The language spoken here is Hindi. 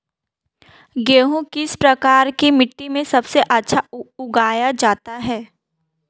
गेहूँ किस प्रकार की मिट्टी में सबसे अच्छा उगाया जाता है?